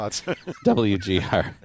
WGR